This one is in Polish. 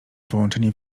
połączenie